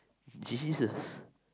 jesus